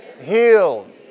healed